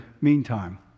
meantime